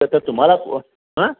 तर ते तुम्हाला हां